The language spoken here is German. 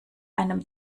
einem